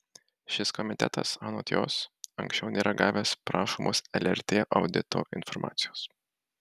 šis komitetas anot jos anksčiau nėra gavęs prašomos lrt audito informacijos